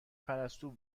پرستو